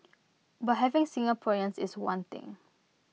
but having Singaporeans is one thing